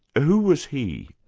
who was he?